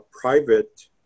private